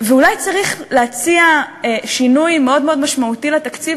ואולי צריך להציע שינוי מאוד מאוד משמעותי לתקציב,